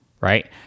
right